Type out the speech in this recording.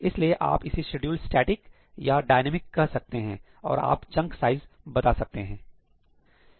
इसलिए आप इसे शेड्यूल स्टैटिक या डायनेमिक कह सकते हैं और आप चंक साइज बता सकते हैं